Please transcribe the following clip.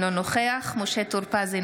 אינו נוכח משה טור פז,